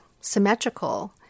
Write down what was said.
symmetrical